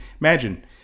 imagine